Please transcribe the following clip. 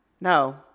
no